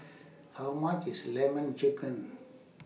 How much IS Lemon Chicken